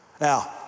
Now